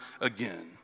again